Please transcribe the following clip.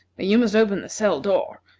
you must open the cell door.